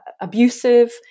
abusive